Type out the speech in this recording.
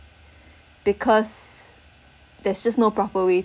because there's just no proper way